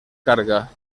carga